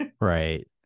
right